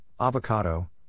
Avocado